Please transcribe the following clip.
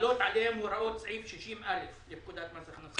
שחלות עליהם הוראות סעיף 60א לפקודת מס הכנסה.